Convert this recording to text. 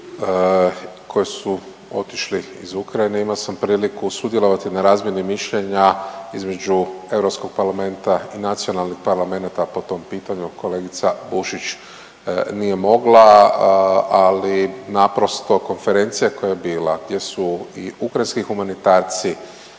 koji su otišli iz Ukrajine, imao sam priliku sudjelovati na razmjeni mišljenja između Europskog parlamenta i Nacionalnih parlamenata po tom pitanju, a kolegica Bušić nije mogla, ali naprosto konferencija koja je bila, gdje su i ukrajinski humanitarci